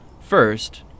First